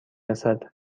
رسد